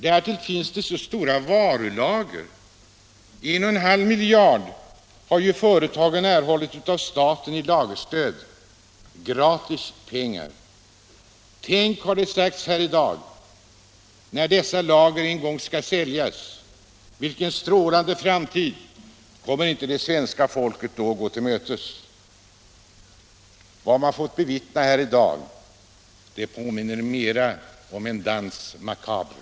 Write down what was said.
Dessutom finns det så stora varulager — företagen har ju erhållit 1,5 miljarder av staten i lagerstöd. Gratis pengar! Tänk, har det sagts i dag, när dessa lager en gång skall säljas —- vilken strålande framtid kommer inte det svenska folket då att gå till mötes! Vad man fått bevittna i dag påminner mera om en danse macabre.